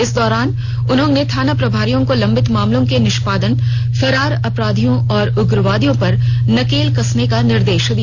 इस दौरान उन्होंने थाना प्रभारियों को लंबित मामलों के निष्पादन फरार अपराधियों और उग्रवादियों पर नकेल कसने का निर्देश दिया